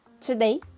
Today